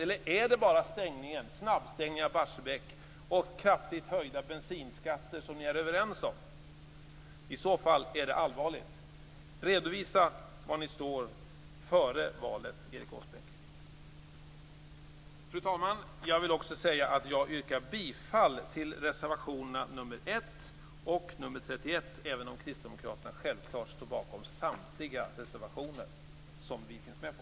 Eller är det bara snabbstängningen av Barsebäck och kraftigt höjda bensinskatter som ni är överens om? I så fall är det allvarligt. Redovisa var ni står före valet, Erik Åsbrink! Fru talman! Jag vill också yrka bifall till reservationerna nr 1 och nr 31, även om kristdemokraterna självklart står bakom samtliga reservationer som vi finns med på.